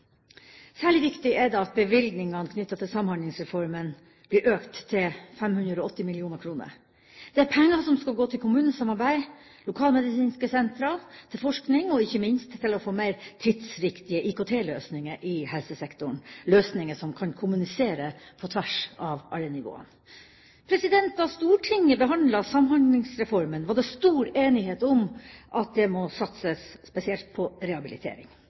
Særlig viktig er det at bevilgningene knyttet til Samhandlingsreformen blir økt til 580 mill. kr. Det er penger som skal gå til kommunesamarbeid, til lokalmedisinske sentre, til forskning og ikke minst til å få mer tidsriktige IKT-løsninger i helsesektoren – løsninger som kan kommunisere på tvers av alle nivåer. Da Stortinget behandlet Samhandlingsreformen, var det stor enighet om at det må satses spesielt på rehabilitering.